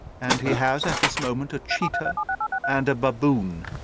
and he has at this moment a cheetah and a baboon,